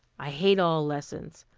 i hate all lessons,